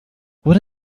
what